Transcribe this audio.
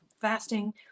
fasting